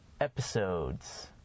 episodes